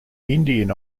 indian